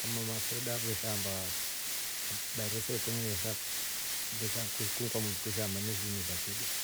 Masoda ya ve shaamba ni baresa etengenesa kunu kwamotru twe shaamba humisa figo.